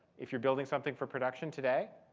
if you're building something for production today,